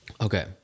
Okay